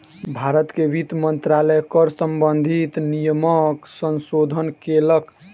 भारत के वित्त मंत्रालय कर सम्बंधित नियमक संशोधन केलक